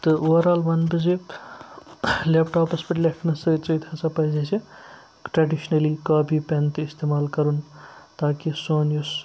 تہٕ اُوَرآل وَنہٕ بہٕ زِ لیپ ٹاپَس پٮ۪ٹھ لیٚکھنہٕ سۭتۍ سۭتۍ ہَسا پَزِ اسہِ ٹرٛیڈِشنٔلی کاپی پیٚن تہِ اِستعمال کَرُن تاکہِ سوٗن یُس